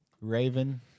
raven